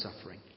suffering